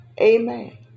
Amen